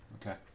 Okay